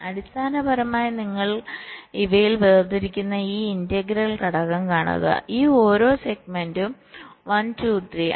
അടിസ്ഥാനപരമായി നിങ്ങൾ ഇവയ്ക്കിടയിൽ വേർതിരിക്കുന്ന ഈ ഇന്റഗ്രൽ ഘടകം കാണുക ഈ ഓരോ സെഗ്മെന്റും 1 2 3